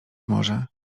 może